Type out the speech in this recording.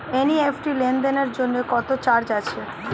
NEFT লেনদেনের জন্য কোন চার্জ আছে?